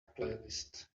playlist